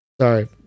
Sorry